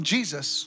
Jesus